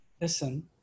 listen